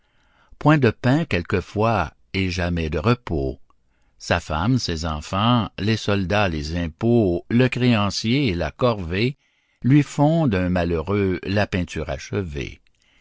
point de pain quelquefois et jamais de repos sa femme ses enfants les soldats les impôts le créancier et la corvée lui font d'un malheureux la peinture achevée